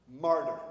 Martyr